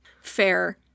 Fair